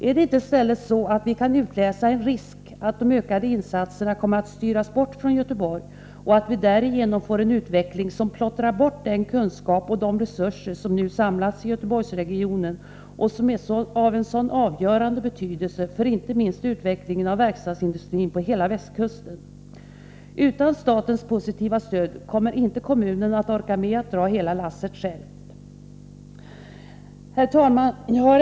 Kan vi inte i stället utläsa en risk för att de ökande insatserna kommer att styras bort från Göteborg och att vi därigenom får en utveckling som plottrar bort den kunskap och de resurser som nu samlats i Göteborgsregionen och som är av en så avgörande betydelse för inte minst utvecklingen av verkstadsindustrin på hela västkusten. Utan statens positiva stöd kommer inte kommunen att orka med att dra hela lasset själv. Herr talman!